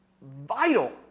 vital